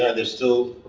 ah they're still.